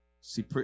See